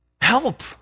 Help